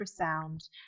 ultrasound